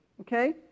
Okay